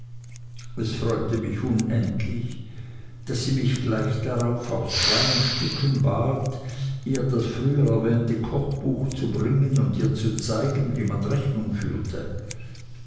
es freute mich unendlich daß sie mich gleich darauf aus freien stücken bat ihr das früher erwähnte kochbuch zu bringen und ihr zu zeigen wie man rechnung führte